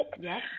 Yes